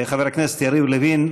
חבר הכנסת יריב לוין,